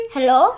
Hello